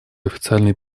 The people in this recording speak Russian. официальные